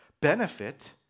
benefit